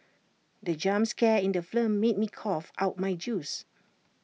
the jump scare in the film made me cough out my juice